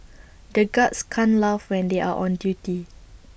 the guards can't laugh when they are on duty